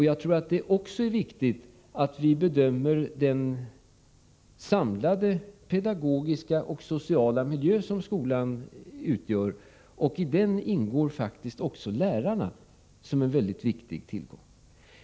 Jag tror också att det är viktigt att vi bedömer den samlade pedagogiska och sociala miljö som skolan utgör, och i den ingår faktiskt också lärarna som en mycket viktig tillgång.